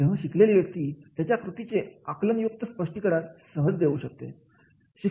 तेव्हा शिकलेली व्यक्ती त्याच्या कृतींचे आकलन युक्त स्पष्टीकरण सहज देऊ शकते